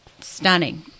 stunning